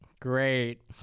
Great